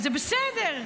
וזה בסדר.